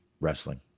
wrestling